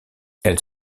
elle